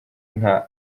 nka